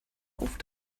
auf